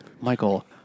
Michael